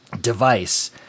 device